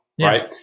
right